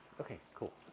okay. cool.